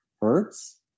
Hertz